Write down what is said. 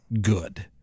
good